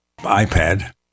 iPad